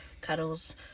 cuddles